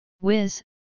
Wiz